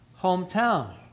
hometown